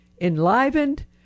enlivened